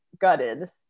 gutted